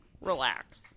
Relax